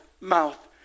mouth